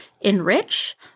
Enrich